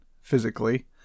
physically